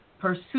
Pursue